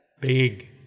Big